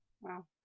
Wow